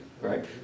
right